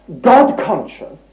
God-conscious